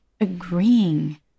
agreeing